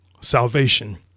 Salvation